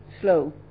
slow